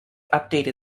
update